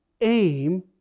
aim